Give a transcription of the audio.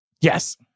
Yes